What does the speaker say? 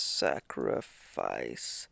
sacrifice